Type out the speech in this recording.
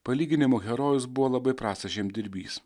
palyginimui herojus buvo labai prastas žemdirbys